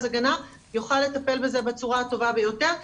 הגנה יוכל לטפל בזה בצורה הטובה ביותר.